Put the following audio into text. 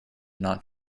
not